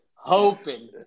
hoping